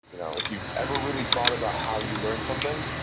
you know if you've ever really thought about how you learn something,